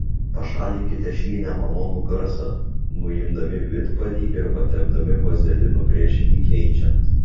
pašalinkite šį nemalonų garsą nuimdami vidpadį ir patepdami vazelinu prieš jį keičiant